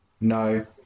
No